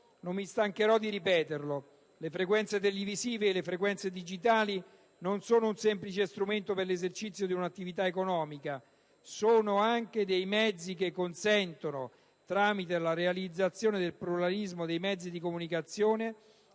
Non mi stancherò di ripeterlo: le frequenze televisive e quelle digitali non sono un semplice strumento per l'esercizio di un'attività economica, ma sono anche mezzi che consentono, tramite la realizzazione del pluralismo dei mezzi di comunicazione,